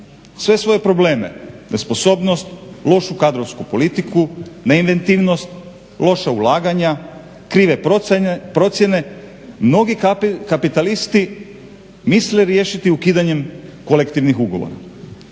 sve svoje probleme, nesposobnost, lošu kadrovsku politiku, neinventivnost, loša ulaganja, krive procijene mnogi kapitalisti misle riješiti ukidanjem kolektivnih ugovora.